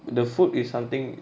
the food is something